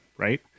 Right